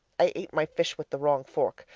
i ate my fish with the wrong fork,